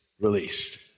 released